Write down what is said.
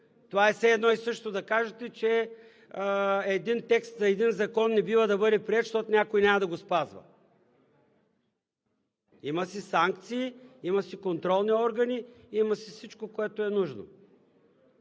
Това е все едно и също да кажете, че един текст на един закон не бива да бъде приет, защото някой няма да го спазва. Има си санкции, има си контролни органи, има си всичко, което е нужно.